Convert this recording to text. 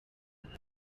abari